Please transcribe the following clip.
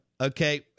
Okay